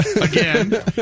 again